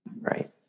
Right